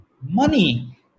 Money